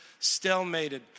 stalemated